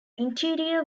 interior